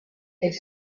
est